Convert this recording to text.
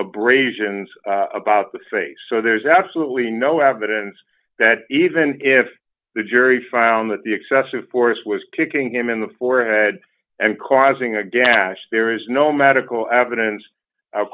abrasions about the face so there's absolutely no evidence that even if the jury found that the excessive force was kicking him in the forehead and causing a gash there is no medical evidence of